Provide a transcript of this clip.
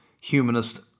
humanist